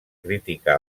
crítica